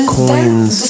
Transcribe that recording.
coins